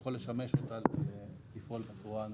שיכול לשמש אותה לפעול בצורה האמורה.